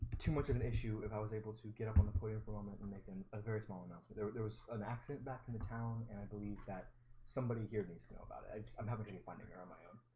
too much of an issue if i was able to get up on the podium for a moment and making a very small enough but there but there was an accident back in the town, and i believe that somebody here needs to know about it i'm having a finding on my um